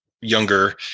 younger